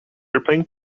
after